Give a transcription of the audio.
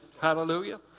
Hallelujah